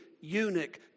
eunuch